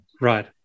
Right